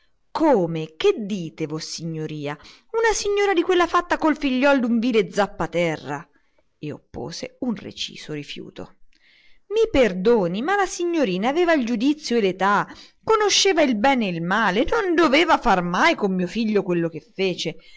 come che dice vossignoria una signorona di quella fatta col figlio d'un vile zappaterra e oppose un reciso rifiuto i perdoni ma la signorina aveva il giudizio e l'età conosceva il bene e il male non doveva far mai con mio figlio quello che fece